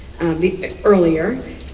earlier